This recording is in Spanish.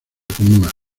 comuna